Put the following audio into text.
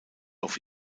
auf